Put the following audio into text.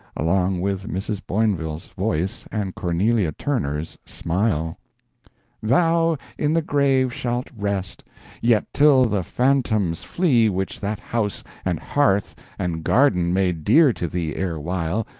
along with mrs. boinville's voice and cornelia turner's smile thou in the grave shalt rest yet, till the phantoms flee which that house and hearth and garden made dear to thee ere while,